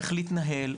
איך להתנהל,